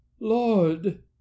Lord